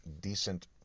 decent